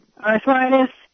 arthritis